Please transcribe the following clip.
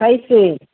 कैसे